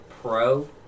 pro